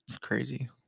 crazy